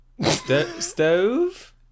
Stove